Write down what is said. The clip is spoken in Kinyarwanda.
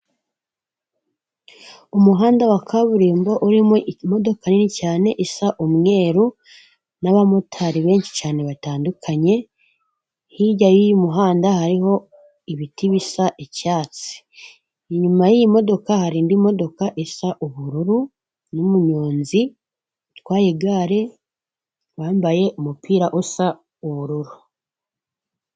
Umuhanda wa kaburimbo urimo imodoka nini cyane isa umweru n'abamotari benshi cyane batandukanye, hirya y'uyu muhanda hariho ibiti bisa icyatsi, inyuma y'iyi modoka hari indi modoka isa ubururu n'umunyonzi utwaye igare wambaye umupira usa ubururu.